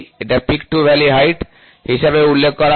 এটি peak to valley height হিসাবেও উল্লেখ করা হয়